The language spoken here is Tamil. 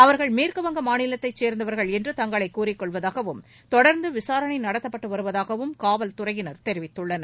அவர்கள் மேற்குவங்க மாநிலத்தைச் சேர்ந்தவர்கள் என்று தங்களை கூறிக்கொள்வதாகவும் தொடர்ந்து விசாரணை நடத்தப்பட்டு வருவதாகவும் காவல் துறையினர் தெரிவித்துள்ளனர்